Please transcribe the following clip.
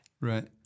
Right